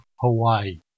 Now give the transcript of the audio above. Hawaii